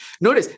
Notice